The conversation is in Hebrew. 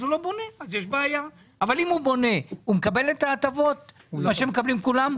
אז הוא לא בונה ואז יש בעיה - הוא מקבל את ההטבות שמקבלים כולם?